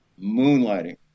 moonlighting